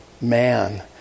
man